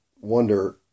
wonder